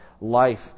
life